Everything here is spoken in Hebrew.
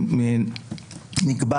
נקבע